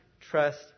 trust